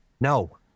no